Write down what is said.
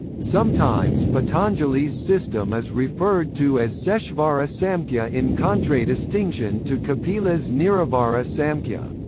sometimes patanjali's system is referred to as seshvara samkhya in contradistinction to kapila's nirivara samkhya.